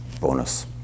bonus